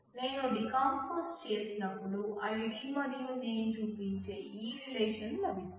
నేను డీకంపోజ్ చేసినప్పుడు ఐడి మరియు నేమ్ చూపించే ఈ రిలేషన్ లభిస్తుంది